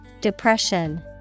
depression